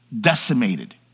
decimated